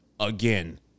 Again